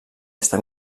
està